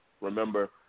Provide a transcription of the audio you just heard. Remember